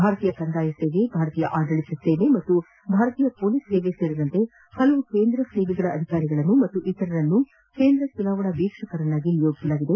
ಭಾರತೀಯ ಕಂದಾಯ ಸೇವೆ ಭಾರತೀಯ ಆಡಳಿತ ಸೇವೆ ಹಾಗೂ ಭಾರತೀಯ ಪೊಲೀಸ್ ಸೇವೆ ಸೇರಿದಂತೆ ಹಲವು ಕೇಂದ್ರ ಸೇವೆಗಳ ಅಧಿಕಾರಿಗಳನ್ನು ಹಾಗೂ ಇತರರನ್ನು ಕೇಂದ್ರ ಚುನಾವಣಾ ವೀಕ್ಷಕರನ್ನಾಗಿ ನಿಯೋಜಿಸಲಾಗಿದೆ